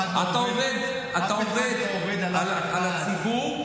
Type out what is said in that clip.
אתה עובד על הציבור,